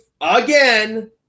again